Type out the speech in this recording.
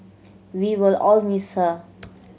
we will all miss her